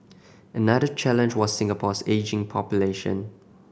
another challenge was Singapore's ageing population